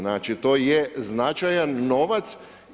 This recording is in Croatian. Znači to je značajan novac.